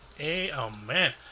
Amen